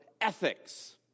ethics